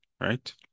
Right